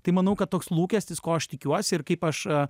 tai manau kad toks lūkestis ko aš tikiuosi ir kaip aš